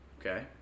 Okay